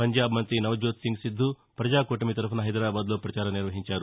పంజాబ్ మంతి నవజ్యోత్ సింగ్ సిద్దూ ప్రజాకూటమి తరఫున హైదరాబాద్లో పచారం నిర్వహించారు